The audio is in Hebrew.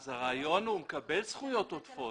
הוא מקבל זכויות עודפות.